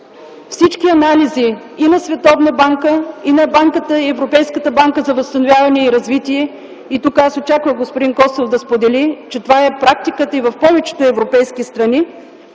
всички анализи на Световната банка, на Европейската банка за възстановяване и развитие, тук очаквах господин Костов да сподели, че това е практиката и в повечето европейски страни,